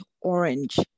orange